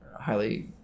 highly